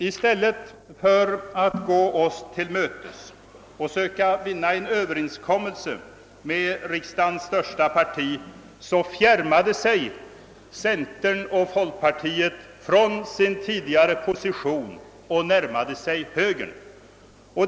I stället för att gå oss till mötes och söka vinna en överenskommelse med riksdagens största parti fjärmade sig centern och folkpartiet från sin tidigare position och närmade sig högern.